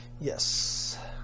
Yes